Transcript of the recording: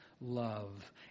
love